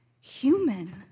human